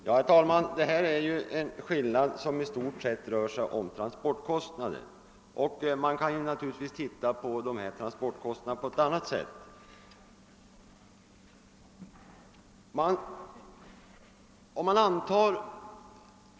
Herr talman! Skillnaden på 3 000-- 4000 kr. avser i stort sett transporlkostnader, men man kan naturligtvis betrakta kostnadsfrågan även på ett annat sätt.